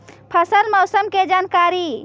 फसल मौसम के जानकारी?